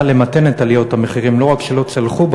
למתן את עליות המחירים לא רק שלא צלחו,